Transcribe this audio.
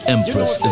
Empress